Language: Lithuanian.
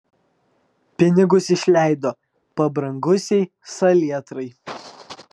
pinigus išleido pabrangusiai salietrai